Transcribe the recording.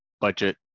budget